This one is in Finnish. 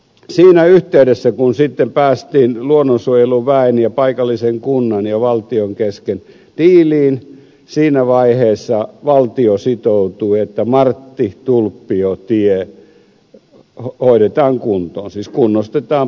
siinä yhteydessä kun sitten päästiin luonnonsuojeluväen ja paikallisen kunnan ja valtion kesken diiliin valtio sitoutui että marttitulppio tie hoidetaan kuntoon siis peruskunnostetaan